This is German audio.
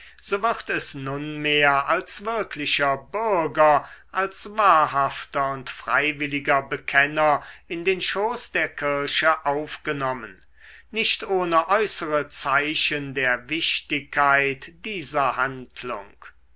so wird es nunmehr als wirklicher bürger als wahrhafter und freiwilliger bekenner in den schoß der kirche aufgenommen nicht ohne äußere zeichen der wichtigkeit dieser handlung